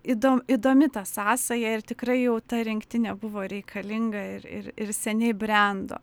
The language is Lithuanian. įdom įdomi ta sąsaja ir tikrai jau ta rinktinė buvo reikalinga ir ir ir seniai brendo